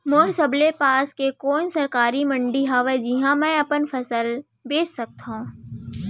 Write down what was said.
मोर सबले पास के कोन सरकारी मंडी हावे जिहां मैं अपन फसल बेच सकथव?